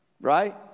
right